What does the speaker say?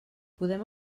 podem